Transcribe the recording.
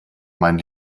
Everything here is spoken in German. mein